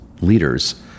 leaders